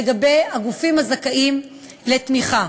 לגבי הגופים הזכאים לתמיכה.